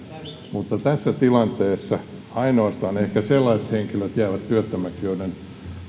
mutta tässä tilanteessa ehkä ainoastaan sellaiset henkilöt jäävät työttömäksi joiden